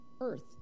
earth